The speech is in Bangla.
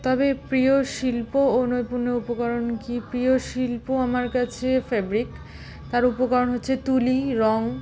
তবে প্রিয় শিল্প ও নৈপুণ্য উপকরণ কী প্রিয় শিল্প আমার কাছে ফেব্রিক তার উপকরণ হচ্ছে তুলি রং